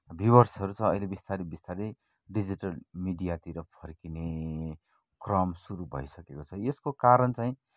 भ्युयर्सहरू चाहिँ अहिले बिस्तारै बिस्तारै डिजिटल मिडियातिर फर्किने क्रम सुरू भइसकेको छ यसको कारण चाहिँ